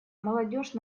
молодежь